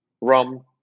rum